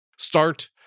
Start